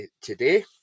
today